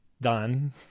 done